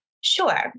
Sure